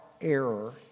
error